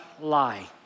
lie